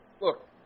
Look